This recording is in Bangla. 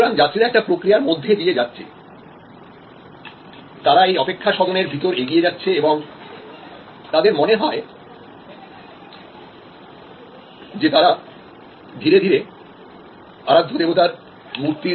সুতরাং যাত্রীরা একটা প্রক্রিয়ার মধ্যে দিয়ে যাচ্ছে তারা এই অপেক্ষা সদন এর ভিতর এগিয়ে যাচ্ছে এবং তাদের মনে হয় যে তারা ধীরে ধীরে আরাধ্য দেবতার মূর্তির কাছে পৌঁছেছে